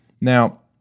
Now